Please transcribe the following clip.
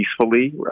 peacefully